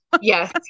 Yes